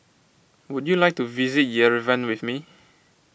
would you like to visit Yerevan with me